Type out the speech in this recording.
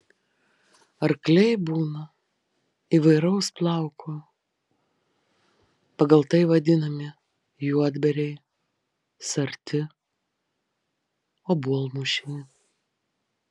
arkliai būna įvairaus plauko pagal tai vadinami juodbėriai sarti obuolmušiai